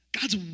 God's